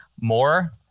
more